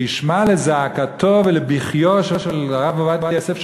שישמע לזעקתו ולבכיו של הרב עובדיה יוסף,